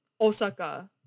Osaka